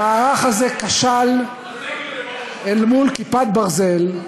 המערך הזה כשל אל מול "כיפת ברזל",